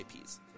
IPs